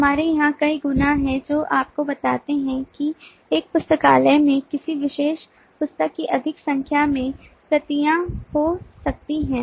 हमारे यहां कई गुना हैं जो आपको बताते हैं कि एक पुस्तकालय में किसी विशेष पुस्तक की अधिक संख्या में प्रतियां हो सकती हैं